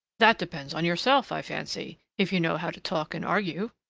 that depends on yourself, i fancy, if you know how to talk and argue.